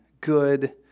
good